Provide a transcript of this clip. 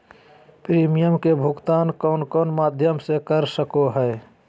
Premium के भुक्तान कौन कौन माध्यम से कर सको है?